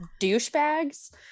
douchebags